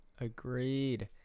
Agreed